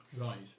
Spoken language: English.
Right